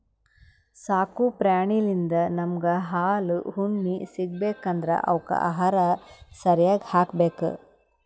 ಸಾಕು ಪ್ರಾಣಿಳಿಂದ್ ನಮ್ಗ್ ಹಾಲ್ ಉಣ್ಣಿ ಸಿಗ್ಬೇಕ್ ಅಂದ್ರ ಅವಕ್ಕ್ ಆಹಾರ ಸರ್ಯಾಗ್ ಹಾಕ್ಬೇಕ್